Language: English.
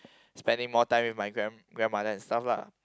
spending more time with my grand grandmother and stuff lah